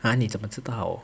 !huh! 你怎么知道